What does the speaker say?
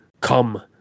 Come